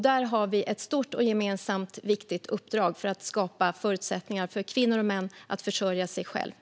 Där har vi ett gemensamt stort och viktigt uppdrag att skapa förutsättningar för kvinnor och män att försörja sig själva.